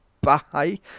bye